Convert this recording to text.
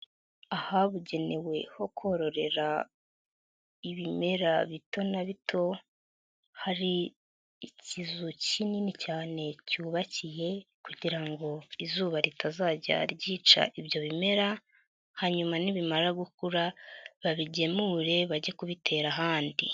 Ahabugenewe ho kororera ibimera bito na bito, hari ikizu kinini cyane cyubakiye kugira ngo izuba ritazajya ryica ibyo bimera, hanyuma nibimara gukura babigemure bajye kubitera ahandi.